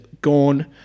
gone